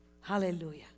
Hallelujah